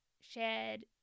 shared